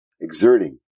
exerting